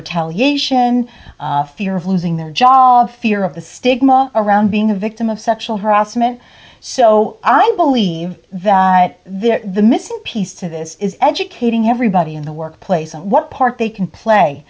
retaliation fear of losing their job fear of the stigma around being a victim of sexual harassment so i believe that they're the missing piece to this is educating everybody in the workplace and what part they can play